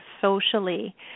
socially